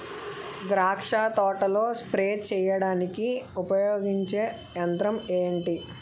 ద్రాక్ష తోటలో స్ప్రే చేయడానికి ఉపయోగించే యంత్రం ఎంటి?